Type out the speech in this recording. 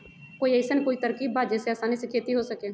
कोई अइसन कोई तरकीब बा जेसे आसानी से खेती हो सके?